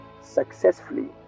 successfully